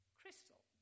crystal